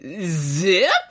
Zip